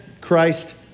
Christ